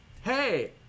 hey